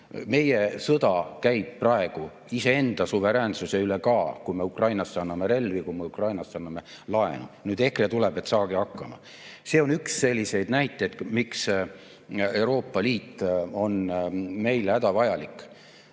Meie sõda käib praegu iseenda suveräänsuse üle ka, kui me Ukrainasse anname relvi, kui me Ukrainasse anname laenu. Nüüd EKRE tuleb, et saage hakkama. See on üks selliseid näiteid, miks Euroopa Liit on meile hädavajalik.